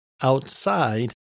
outside